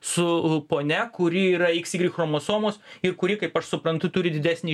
su ponia kuri yra iks igrik chromosomos ir kuri kaip aš suprantu turi didesnį